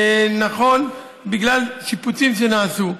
נכון, בגלל שיפוצים שנעשו.